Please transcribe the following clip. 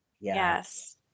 Yes